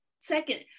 second